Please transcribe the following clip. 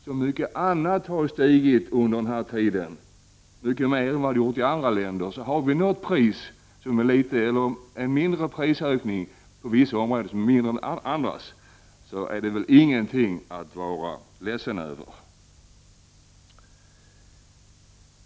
Så mycket annat har ju stigit i pris under denna tid, mycket mer än i andra länder. Har vi en lägre prisökning på andra områden är det väl ingenting att vara ledsen över.